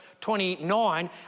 29